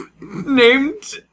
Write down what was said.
Named